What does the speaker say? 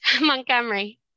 Montgomery